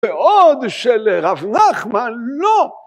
בעוד שלרב נחמן לא!